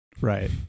Right